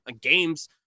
games